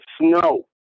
snow